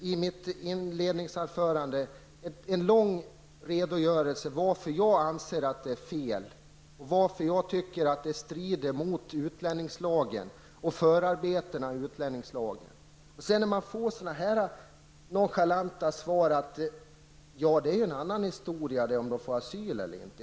I mitt inledningsanförande hade jag en lång redogörelse om varför jag anser att detta är fel och att det strider mot utlänningslagen och förarbetena i utlänningslagen. Sedan får jag nonchalanta besked från Maud Björnemalm om att det är en annan historia om de får asyl eller inte.